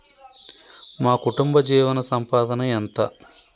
మా కుటుంబ జీవన సంపాదన ఎంత?